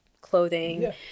clothing